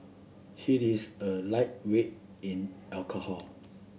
he is a lightweight in alcohol